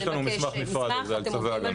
יש לנו מסמך נפרד על זה, על צווי הגנה.